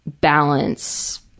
balance